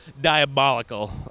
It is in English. diabolical